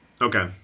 Okay